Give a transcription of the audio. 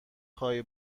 خواهی